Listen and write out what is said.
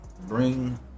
bring